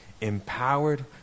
empowered